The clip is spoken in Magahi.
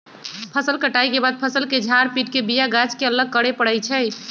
फसल कटाइ के बाद फ़सल के झार पिट के बिया गाछ के अलग करे परै छइ